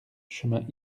chemin